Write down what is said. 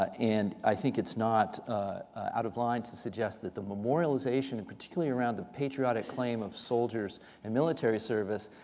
and i think it's not out of line to suggest that the memorialization, and particularly around the patriotic claim of soldiers and military service,